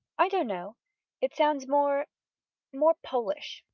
i don't know it sounds more more polish,